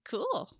Cool